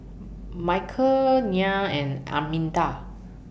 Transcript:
Michale Nyah and Arminta